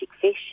fish